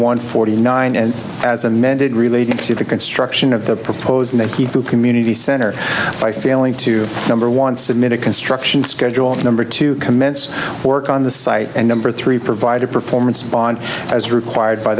one forty nine and as amended relating to the construction of the proposed they key to community center by failing to number one submitted construction schedule number to commence work on the site and number three provide a performance bond as required by